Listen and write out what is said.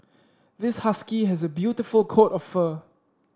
this husky has a beautiful coat of fur